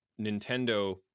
Nintendo